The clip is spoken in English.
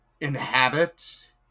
inhabit